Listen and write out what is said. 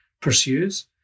pursues